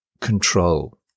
control